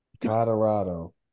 Colorado